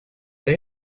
they